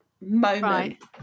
moment